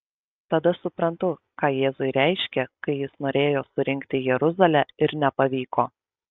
tada suprantu ką jėzui reiškė kai jis norėjo surinkti jeruzalę ir nepavyko